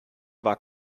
war